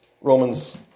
Romans